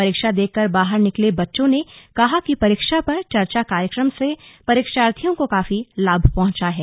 परीक्षा देकर बाहर निकले बच्चों ने कहा कि परीक्षा पर चर्चा कार्यक्रम से परीक्षार्थियों को काफी लाभ पहंचा है